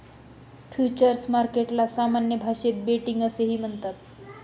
futures मार्केटला सामान्य भाषेत बेटिंग असेही म्हणतात